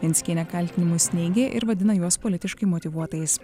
venckienė kaltinimus neigė ir vadina juos politiškai motyvuotais